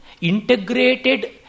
integrated